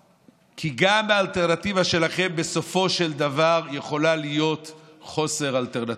כי גם האלטרנטיבה שלכם בסופו של דבר יכולה להיות חוסר אלטרנטיבה.